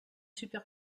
super